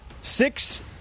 Six